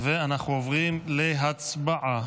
אנחנו עוברים להצבעה,